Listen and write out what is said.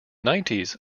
nineties